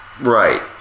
Right